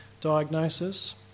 diagnosis